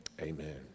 Amen